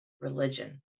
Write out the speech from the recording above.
religion